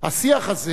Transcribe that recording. השיח הזה,